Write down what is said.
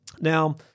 now